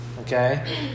Okay